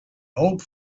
old